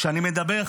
כשאני מדבר,